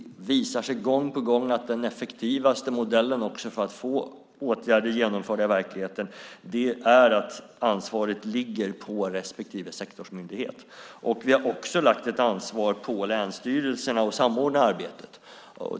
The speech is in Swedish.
Gång på gång visar det sig att den effektivaste modellen för att få åtgärder genomförda i verkligheten är att ansvaret ligger på respektive sektorsmyndighet. Vi har också lagt ett ansvar på länsstyrelserna för samordningen av arbetet.